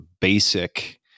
basic